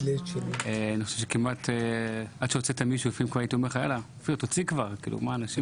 לפעמים היית אומר לך להוציא אנשים